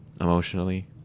emotionally